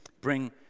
bring